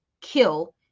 kill